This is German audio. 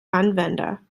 anwender